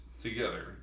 together